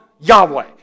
Yahweh